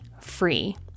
free